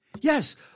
Yes